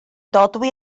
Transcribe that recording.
dodwy